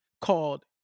called